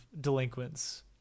delinquents